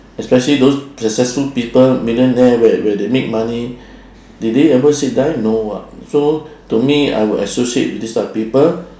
especially those successful people millionaire where where they make money did they ever say die no [what] so to me I will associate with this type of people